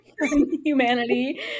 humanity